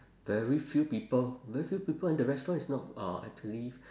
very few people very few people in the restaurant it's not uh actually